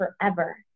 forever